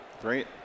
Great